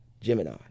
Gemini